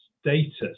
status